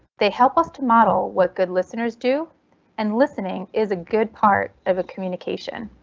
they help us to model what good listeners do and listening is a good part of communication.